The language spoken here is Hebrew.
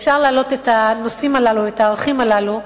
אפשר להעלות את הנושאים הללו, את הערכים הללו,